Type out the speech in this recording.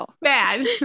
bad